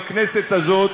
בכנסת הזאת,